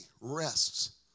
rests